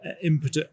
input